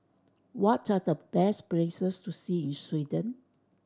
what are the best places to see in Sweden